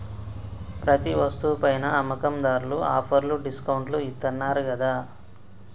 ప్రతి వస్తువు పైనా అమ్మకందార్లు ఆఫర్లు డిస్కౌంట్లు ఇత్తన్నారు గదా